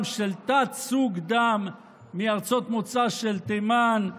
של תת-סוג דם מארצות המוצא של תימן,